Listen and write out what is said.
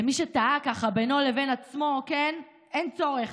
למי שתהה בינו לבין עצמו, אין צורך.